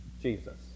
Jesus